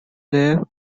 leaves